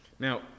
Now